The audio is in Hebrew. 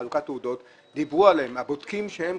בחלוקת תעודות, ודיברו עליהן בודקים חיצוניים.